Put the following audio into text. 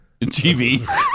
TV